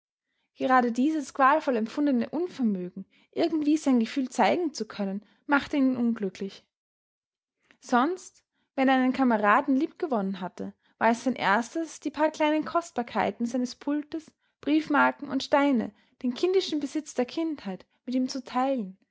gerade dieses qualvoll empfundene unvermögen irgendwie sein gefühl zeigen zu können machte ihn unglücklich sonst wenn er einen kameraden liebgewonnen hatte war es sein erstes die paar kleinen kostbarkeiten seines pultes briefmarken und steine den kindischen besitz der kindheit mit ihm zu teilen